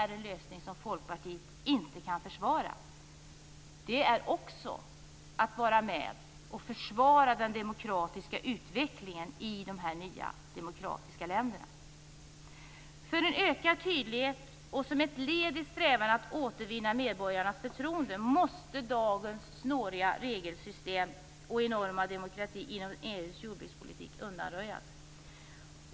Den lösningen kan Folkpartiet inte försvara - det är också att vara med och försvara den demokratiska utvecklingen i de nya demokratiska länderna. För att nå en ökad tydlighet och som ett led i strävan att återvinna medborgarnas förtroende måste dagens snåriga regelsystem och enorma byråkrati inom EU:s jordbrukspolitik undanröjas.